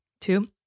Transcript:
Two